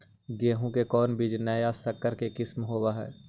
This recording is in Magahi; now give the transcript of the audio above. गेहू की कोन बीज नया सकर के किस्म होब हय?